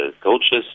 coaches